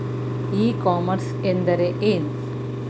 E commerce ಎಂದರೆ ಏನು?